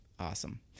Awesome